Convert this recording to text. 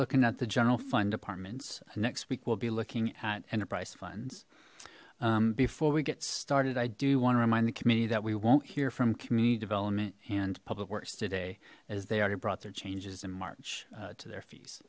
looking at the general fund departments next week we'll be looking at enterprise funds before we get started i do want to remind the committee that we won't hear from community development and public works today as they already brought their changes in march to their fees